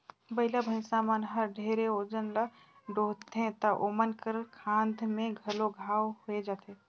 बइला, भइसा मन हर ढेरे ओजन ल डोहथें त ओमन कर खांध में घलो घांव होये जाथे